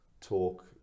talk